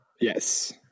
Yes